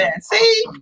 See